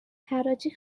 حراجی